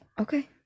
okay